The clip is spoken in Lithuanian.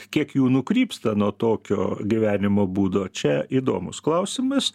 kiek jų nukrypsta nuo tokio gyvenimo būdo čia įdomus klausimas